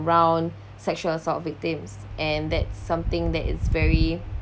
around sexual assault victims and that something that is very